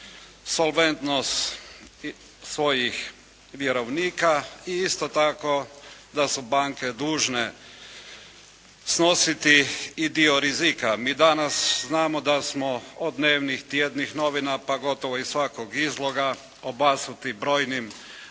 solventnost svojih vjerovnika i isto tako da su banke dužne snositi i dio rizika. Mi danas znamo da smo od dnevnih, tjednih novina pa gotovo i svakog izloga obasuti brojnim